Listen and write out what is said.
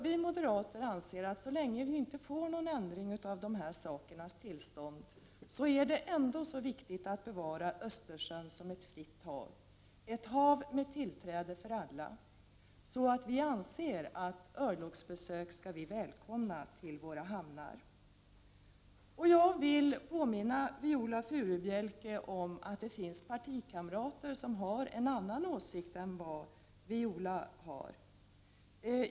Vi moderater anser att så länge vi inte får någon ändring av detta sakernas tillstånd är det ändå så viktigt att bevara Östersjön som ett fritt hav med tillträde för alla, att vi anser att örlogsfartyg skall välkomnas till våra hamnar. Jag vill påminna Viola Furubjelke om att det finns partikamrater till henne som har en annan åsikt än vad hon har.